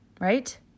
Right